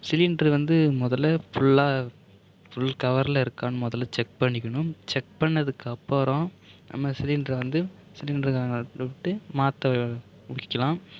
cylinder வந்து முதல்ல ஃபுல்லா ஃபுல் கவரில் இருக்கான்னு முதல்ல செக் பண்ணிக்கணும் செக் பண்ணதுக்கு அப்புறம் நம்ம சிலிண்டரை வந்து சிலிண்டருகாரவங்கள கூப்பிட்டு மாற்ற வைக்கிலாம்